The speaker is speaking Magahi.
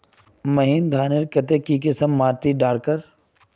महीन धानेर केते की किसम माटी डार कर?